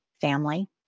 family